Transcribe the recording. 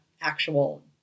actual